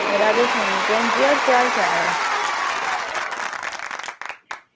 राधा स्वामी भैन जी होर केह् हाल चाल ऐ